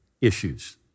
issues